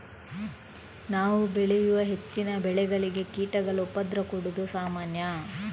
ನಾವು ಬೆಳೆಯುವ ಹೆಚ್ಚಿನ ಬೆಳೆಗಳಿಗೆ ಕೀಟಗಳು ಉಪದ್ರ ಕೊಡುದು ಸಾಮಾನ್ಯ